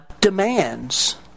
demands